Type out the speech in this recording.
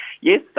Yes